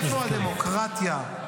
איפה הדמוקרטיה?